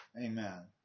Amen